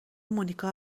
مونیکا